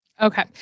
Okay